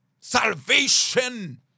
Salvation